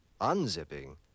Unzipping